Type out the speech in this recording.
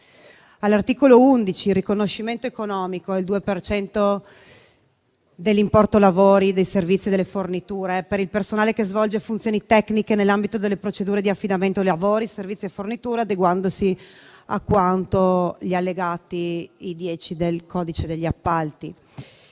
all'articolo 11, il riconoscimento economico e il 2 per cento dell'importo dei lavori, dei servizi e delle forniture per il personale che svolge funzioni tecniche nell'ambito delle procedure di affidamento lavori, servizi e forniture, adeguandosi a quanto prevedono gli allegati I.10 del codice degli appalti